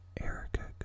Erica